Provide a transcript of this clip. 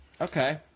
Okay